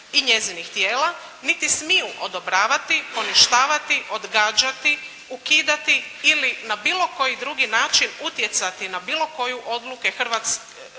i njezinih tijela, niti smiju odobravati, poništavati, odgađati, ukidati ili na bilo koji drugi način utjecati na bilo koju odluku Hrvatske